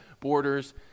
Borders